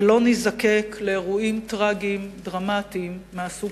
ולא ניזקק לאירועים טרגיים ודרמטיים מהסוג